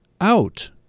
out